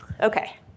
Okay